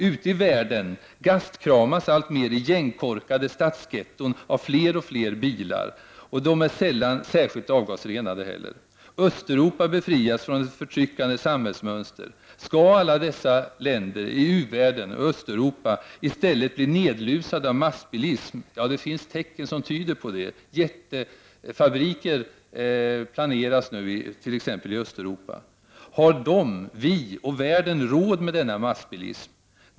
Ute i världen gastkramas alltmer igenkorkade stadsgetton av fler och fler bilar, och de är sällan särskilt avgasrenade. Östeuropa befrias från ett förtryckande samhällsmönster. Skall alla dessa länder i u-världen och Östeuropa i stället bli nedlusade av massbilism? Det finns tecken som tyder på det. Jättefabriker planeras t.ex. i Östeuropa. Har de, vi och världen råd med denna massbilism?